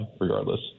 regardless